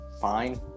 fine